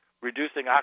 reducing